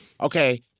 okay